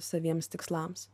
saviems tikslams